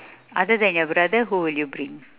other than your brother who will you bring